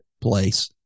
place